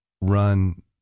run